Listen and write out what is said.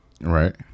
Right